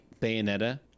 bayonetta